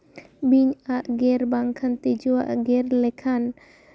ᱵᱤᱧ ᱟᱜ ᱜᱮᱨ ᱵᱟᱝᱠᱷᱟᱱ ᱛᱤᱡᱩᱣᱟᱜ ᱜᱮᱨ ᱞᱮᱠᱷᱟᱱ